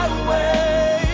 away